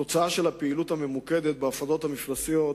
עקב הפעילות הממוקדת בהפרדות המפלסיות,